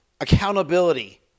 accountability